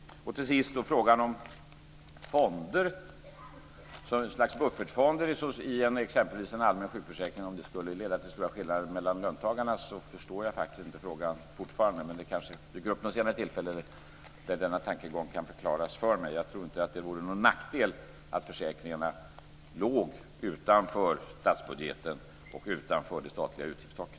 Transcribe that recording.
Till sist var det frågan om ett slags buffertfonder i exempelvis en allmän sjukförsäkring skulle leda till stora skillnader mellan löntagarna. Jag förstår fortfarande inte riktigt frågan, men det kanske kommer något annat tillfälle då denna tankegång kan förklaras för mig. Jag tror inte att det vore någon nackdel att försäkringarna låg utanför statsbudgeten och utanför det statliga utgiftstaket.